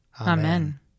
Amen